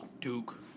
Duke